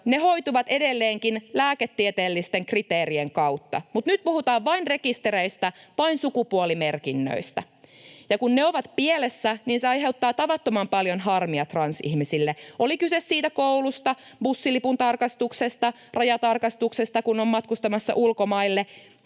Ne hoituvat edelleenkin lääketieteellisten kriteerien kautta, mutta nyt puhutaan vain rekistereistä, vain sukupuolimerkinnöistä. Ja kun ne ovat pielessä, se aiheuttaa tavattoman paljon harmia transihmisille — oli kyse koulusta, bussilipun tarkastuksesta tai rajatarkastuksesta, kun on matkustamassa ulkomaille.